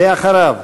אחריו,